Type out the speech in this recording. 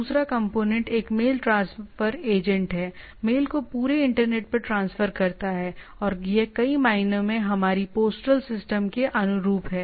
दूसरा कंपोनेंट एक mail transfer agent है मेल को पूरे इंटरनेट पर ट्रांसफ़र करता है और यह कई मायनों में हमारी पोस्टल सिस्टम के अनुरूप है